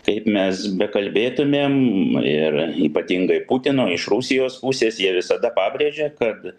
kaip mes bekalbėtumėm ir ypatingai putino iš rusijos pusės jie visada pabrėžia kad